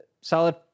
solid